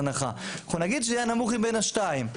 אנחנו נגיד שיהיה הנמוך מבין השניים,